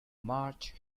march